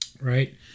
right